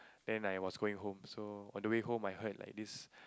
then I was going home so on the way home I heard like this